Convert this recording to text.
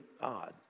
odd